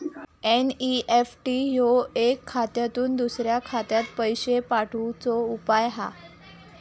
NEFT ह्यो एका खात्यातुन दुसऱ्या खात्यात पैशे पाठवुचो उपाय हा